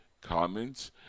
comments